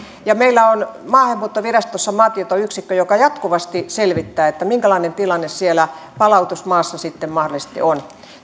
meillä on maahanmuuttovirastossa maatietoyksikkö joka jatkuvasti selvittää minkälainen tilanne siellä palautusmaassa sitten mahdollisesti on